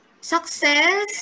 Success